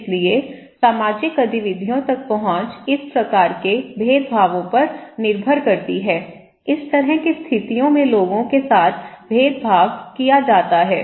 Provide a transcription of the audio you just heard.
इसलिए सामाजिक गतिविधियों तक पहुंच इस प्रकार के भेदभावों पर निर्भर करती है इस तरह की स्थितियों में लोगों के साथ भेदभाव किया जाता है